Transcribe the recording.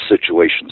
situations